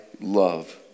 love